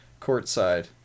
courtside